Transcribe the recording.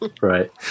Right